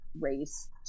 race